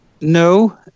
no